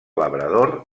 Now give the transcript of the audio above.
labrador